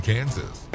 Kansas